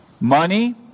money